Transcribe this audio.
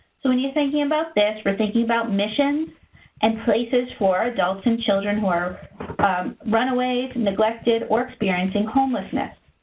so when you're thinking about this, we're thinking about missions and places for adults and children who are runaways, neglected, or experiencing homelessness,